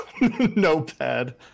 notepad